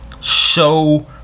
Show